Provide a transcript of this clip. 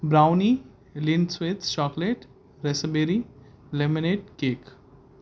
brownie لنسویتس chocolate raspberry lemonade cake